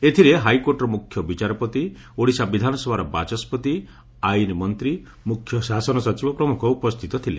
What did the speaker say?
ଏଥିରେ ହାଇକୋର୍ଟର ମୁଖ୍ୟ ବିଚାରପତି ଓଡ଼ିଶା ବିଧାନସଭାର ବାଚସ୍ବତି ଆଇନ୍ ମନ୍ତୀ ମୁଖ୍ୟ ଶାସନ ସଚିବ ପ୍ରମୁଖ ଉପସ୍କିତ ଥିଲେ